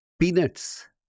peanuts